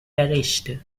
perished